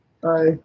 Bye